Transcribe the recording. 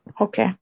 Okay